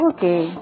Okay